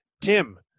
Tim